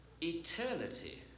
eternity